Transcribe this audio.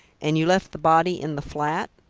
and you left the body in the flat?